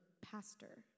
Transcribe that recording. pastor